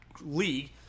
league